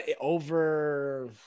over